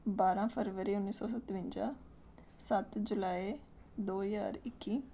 ਬਾਰਾਂ ਫਰਵਰੀ ਉੱਨੀ ਸੌ ਸਤਵੰਜਾ ਸੱਤ ਜੁਲਾਏ ਦੋ ਹਜ਼ਾਰ ਇੱਕੀ